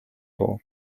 too